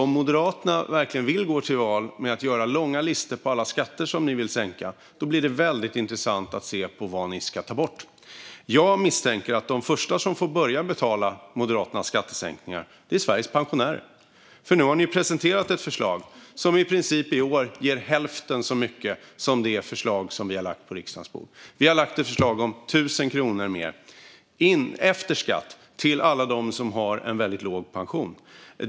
Om Moderaterna verkligen vill gå till val på långa listor över alla skatter som ni vill sänka blir det därför väldigt intressant att se vad ni ska ta bort. Jag misstänker att de första som får börja betala Moderaternas skattesänkningar är Sveriges pensionärer. Nu har ni ju presenterat ett förslag som i princip ger hälften så mycket i år som det förslag som vi har lagt på riksdagens bord. Vi har lagt ett förslag om 1 000 kronor mer efter skatt till alla dem som har en väldigt låg pension.